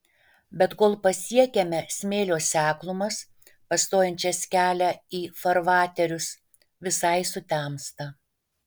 bet kol pasiekiame smėlio seklumas pastojančias kelią į farvaterius visai sutemsta